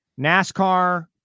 NASCAR